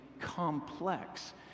complex